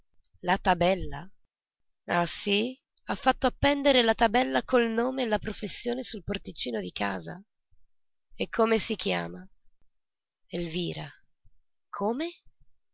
la tabella ah sì ha fatto appendere la tabella col nome e la professione sul porticino di casa e si chiama elvira come